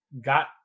got